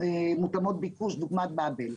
מותאמות ביקוש, דוגמת באבל.